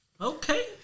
okay